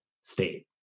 state